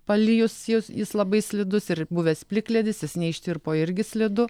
palijus jis jis labai slidus ir buvęs plikledis jis neištirpo irgi slidu